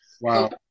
Wow